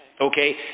okay